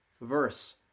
verse